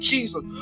Jesus